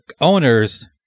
owners